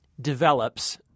develops